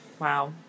wow